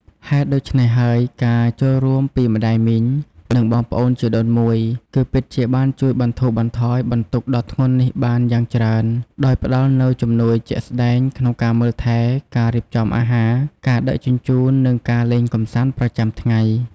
ហេតុដូច្នេះហើយ ការចូលរួមពីម្ដាយមីង និងបងប្អូនជីដូនមួយ គឺពិតជាបានជួយបន្ធូរបន្ថយបន្ទុកដ៏ធ្ងន់នេះបានយ៉ាងច្រើន ដោយផ្ដល់នូវជំនួយជាក់ស្ដែងក្នុងការមើលថែ ការរៀបចំអាហារ ការដឹកជញ្ជូន និងការលេងកម្សាន្តប្រចាំថ្ងៃ។